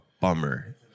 bummer